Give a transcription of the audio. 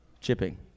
chipping